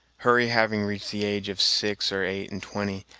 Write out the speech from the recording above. hurry having reached the age of six or eight and twenty,